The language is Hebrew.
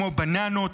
כמו בננות,